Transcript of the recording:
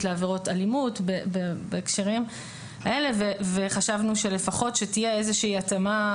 לעבירות אלימות בהקשרים האלה וחשבנו שלפחות תהיה איזושהי התאמה,